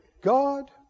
God